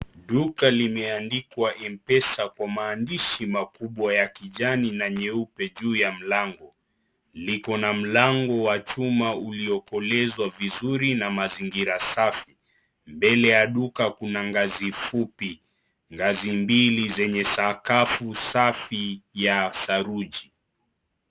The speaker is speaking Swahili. Duka limeandikwa MPESA Kwa maandishi makubwa ya kijani na nyeupe juu ya mlango. Liko na mlango wa chuma uliokolezwa vizuri na mazingira safi. Mbele ya duka kuna ngazi fupi, ngazi mbili zenye sakafu safi ya saruji.